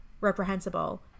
reprehensible